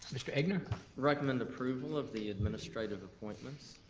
mr. egnor? i recommend approval of the administrative appointments.